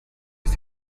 ist